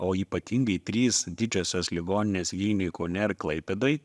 o ypatingai trys didžiosios ligoninės vilniuj kaune ir klaipėdoj